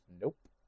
nope